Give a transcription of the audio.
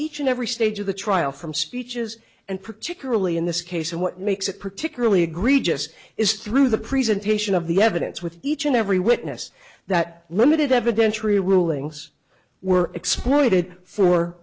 each and every stage of the trial from speeches and particularly in this case and what makes it particularly egregious is through the presentation of the evidence with each and every witness that limited evidentiary rulings were exploited for